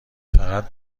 فقط